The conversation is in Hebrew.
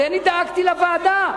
הרי אני דאגתי לוועדה.